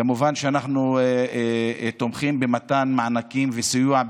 כמובן שאנחנו תומכים במתן מענקים ובסיוע,